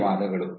ಧನ್ಯವಾದಗಳು